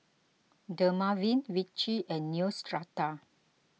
Dermaveen Vichy and Neostrata